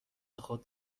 خود